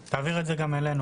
תעביר את זה גם אלינו.